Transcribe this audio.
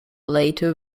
later